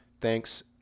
Thanks